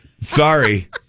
Sorry